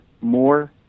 more